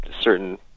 certain